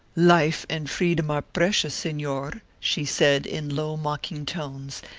life and freedom are precious, senor! she said, in low, mocking tones,